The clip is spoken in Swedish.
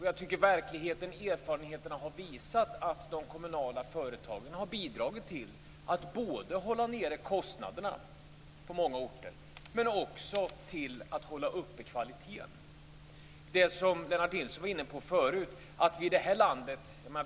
Jag tycker att erfarenheterna har visat att de kommunala företagen har bidragit både till att på många orter hålla kostnaderna nere och till att upprätthålla kvaliteten.